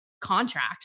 contract